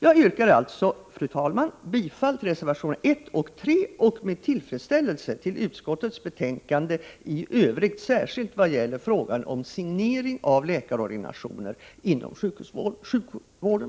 Jag yrkar alltså, fru talman, bifall till reservationerna 1 och 3 och med tillfredsställelse till utskottets hemställan i övrigt, särskilt vad det gäller frågan om signering av läkarordinationer inom sjukvården.